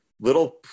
little